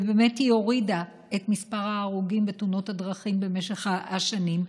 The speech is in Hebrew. ובאמת היא הורידה את מספר ההרוגים בתאונות הדרכים במשך השנים.